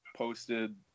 posted